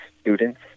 students